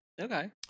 Okay